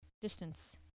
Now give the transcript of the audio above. distance